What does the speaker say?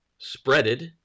spreaded